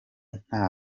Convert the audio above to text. nta